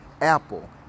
Apple